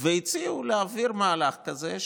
והציעו להעביר מהלך כזה,